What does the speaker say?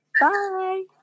Bye